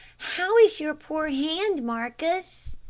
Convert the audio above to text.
how is your poor hand, marcus?